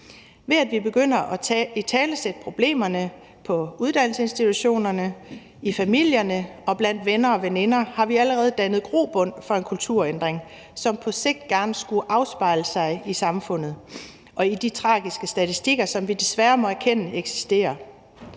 Ved at vi begynder at italesætte problemerne på uddannelsesinstitutionerne, i familierne og blandt venner og veninder, har vi allerede dannet grobund for en kulturændring, som på sigt gerne skulle afspejle sig i samfundet og i de tragiske statistikker, som vi desværre må erkende eksisterer.